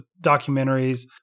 documentaries